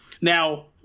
Now